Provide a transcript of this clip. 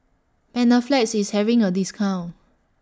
Panaflex IS having A discount